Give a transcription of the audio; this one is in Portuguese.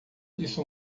isso